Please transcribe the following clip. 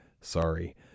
sorry